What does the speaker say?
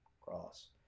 cross